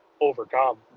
overcome